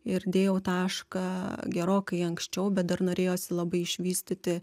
ir dėjau tašką gerokai anksčiau bet dar norėjosi labai išvystyti